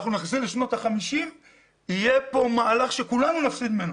אנחנו נחזור לשנות ה-50 ויהיה כאן מהלך שכולנו נפסיד ממנו.